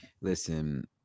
listen